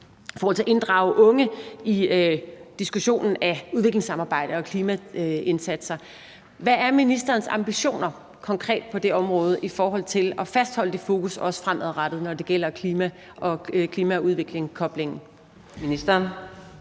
hensyn til at inddrage unge i diskussionen af udviklingssamarbejde og klimaindsatser. Hvad er ministerens ambitioner konkret på det område i forhold til at fastholde det fokus også fremadrettet, når det gælder koblingen mellem